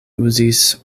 uzis